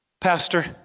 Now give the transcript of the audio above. Pastor